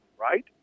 right